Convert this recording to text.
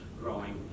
growing